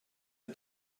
der